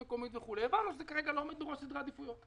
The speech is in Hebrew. הרשות המקומית הבנו שכרגע זה לא עומד בראש סדרי העדיפויות.